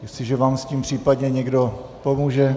Jestliže vám s tím případně někdo pomůže ...